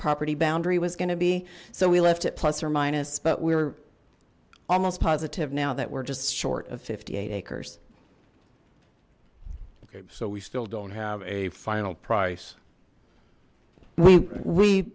property boundary was going to be so we left it plus or minus but we're almost positive now that we're just short of fifty eight acres okay so we still don't have a final price we we